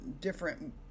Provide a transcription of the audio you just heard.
different